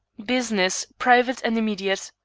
business private and immediate,